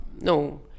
No